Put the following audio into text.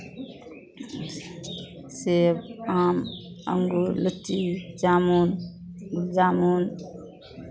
सेब आम अङ्गूर लीची जामुन जामुन